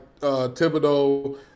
Thibodeau